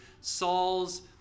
Saul's